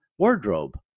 Wardrobe